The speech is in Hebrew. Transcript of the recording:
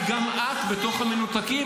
כי גם את בתוך המנותקים,